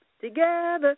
Together